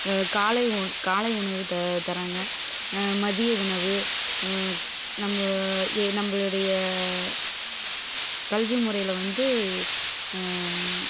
காலை உ காலை உணவு த தராங்க மதிய உணவு நம்ம நம்மளோடைய கல்விமுறையில் வந்து